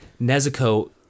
Nezuko